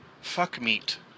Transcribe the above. fuck-meat